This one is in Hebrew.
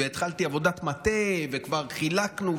והתחלתי עבודת מטה וכבר חילקנו,